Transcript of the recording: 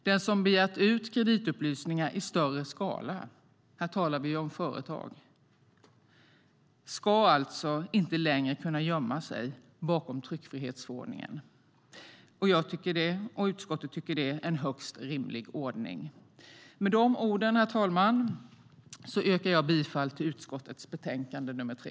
Den som begär kreditupplysningar i större skala - här talar vi om företag - ska alltså inte längre kunna gömma sig bakom tryckfrihetsförordningen. Jag och utskottet tycker att det är en högst rimlig ordning. Med de orden, herr talman, yrkar jag bifall till utskottets förslag i betänkande nr 3.